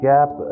Gap